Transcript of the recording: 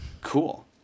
Cool